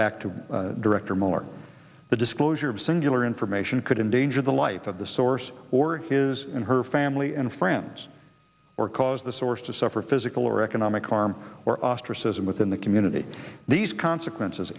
back to director mueller the disclosure of singular information could endanger the life of the source or his and her family and friends or cause the source to suffer physical or economic harm or ostracism within the community these consequences